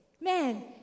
Man